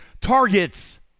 targets